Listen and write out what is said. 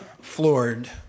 floored